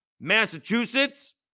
Massachusetts